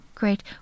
Great